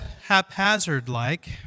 haphazard-like